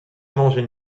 mangeait